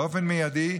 באופן מיידי,